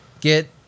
get